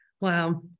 Wow